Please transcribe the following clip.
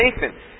Nathan